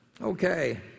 Okay